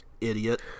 Idiot